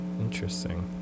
Interesting